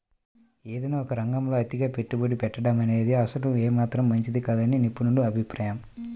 ఏదైనా ఒకే రంగంలో అతిగా పెట్టుబడి పెట్టడమనేది అసలు ఏమాత్రం మంచిది కాదని నిపుణుల అభిప్రాయం